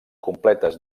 completes